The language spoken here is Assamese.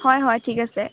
হয় হয় ঠিক আছে